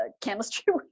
chemistry